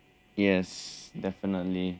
yes definitely